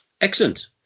excellent